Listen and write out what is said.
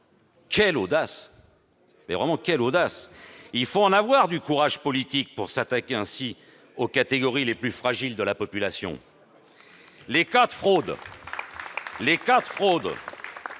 à l'égard des chômeurs. Quelle audace ! Il faut en avoir du courage politique pour s'attaquer ainsi aux catégories les plus fragiles de la population. Les cas de fraude